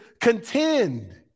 contend